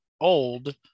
old